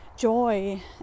joy